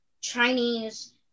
Chinese